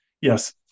yes